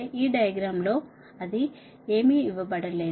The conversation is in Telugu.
ఈ డయాగ్రామ్లో అది ఏమీ ఇవ్వబడలేదు